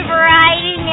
Variety